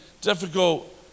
difficult